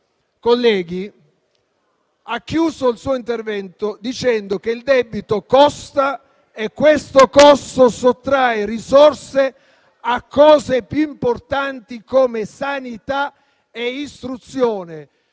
colleghi, ha concluso il suo intervento dicendo che il debito costa e che questo costo sottrae risorse a cose più importanti, come sanità e istruzione.